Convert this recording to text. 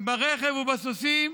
ברכב ובסוסים